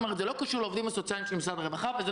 זה לא קשור לעובדים הסוציאליים של משרד הרווחה.